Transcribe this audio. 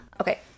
Okay